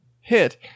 hit